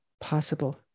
possible